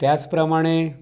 त्याचप्रमाणे